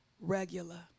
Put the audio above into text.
regular